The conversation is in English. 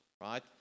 right